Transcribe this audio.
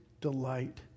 delight